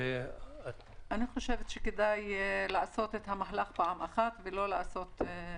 אני חושבת שכדאי לעשות את המהלך פעם אחת ולא פעמיים.